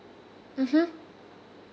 mmhmm